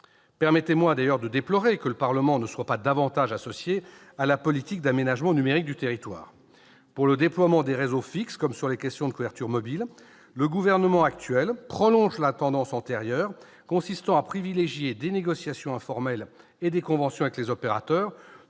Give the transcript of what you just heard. Permettez-moi, d'ailleurs, de déplorer que le Parlement ne soit pas davantage associé à la politique d'aménagement numérique du territoire. Pour le déploiement des réseaux fixes, comme sur les questions de couverture mobile, le gouvernement actuel prolonge la tendance antérieure consistant à privilégier des négociations informelles et des conventions avec les opérateurs,